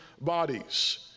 bodies